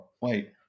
Wait